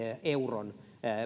euron